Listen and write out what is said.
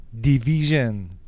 division